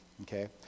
Okay